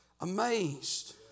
amazed